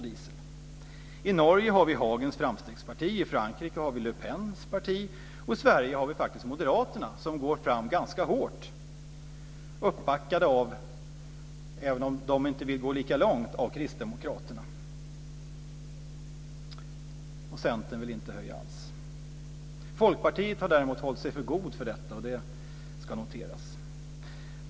I Norge har vi Hagens framstegsparti, i Frankrike har vi Le Pens parti och i Sverige har vi faktiskt Moderaterna som går fram ganska hårt, uppbackade av Kristdemokraterna, även om de inte vill gå lika långt. Och Centern vill inte ha någon höjning alls. Från Folkpartiet har man däremot hållit sig för god för detta, och det ska noteras.